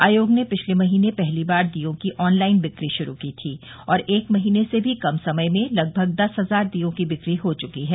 आयोग ने पिछले महीने पहली बार दीयों की ऑनलाइन बिक्री शुरू की थी और एक महीने से भी कम समय में लगभग दस हजार दीयों की बिक्री हो चुकी है